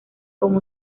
como